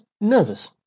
nervous